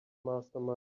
mastermind